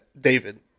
David